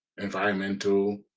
environmental